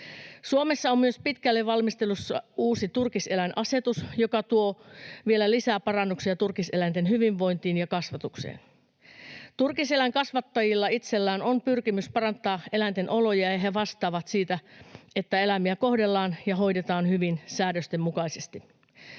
Suomessa on myös pitkälle valmistelussa uusi turkiseläinasetus, joka tuo vielä lisää parannuksia turkiseläinten hyvinvointiin ja kasvatukseen. Turkiseläinkasvattajilla itsellään on pyrkimys parantaa eläinten oloja ja he vastaavat siitä, että eläimiä kohdellaan ja hoidetaan hyvin säädösten mukaisesti.